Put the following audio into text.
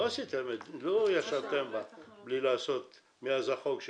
לא ישבתם מאז החוק?